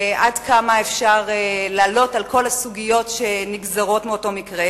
עד כמה אפשר לענות על כל הסוגיות שנגזרות מאותו מקרה.